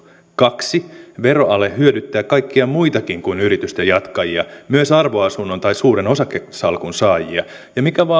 kaksi veroale hyödyttää kaikkia muitakin kuin yritysten jatkajia myös arvoasunnon tai suuren osakesalkun saajia ja mikä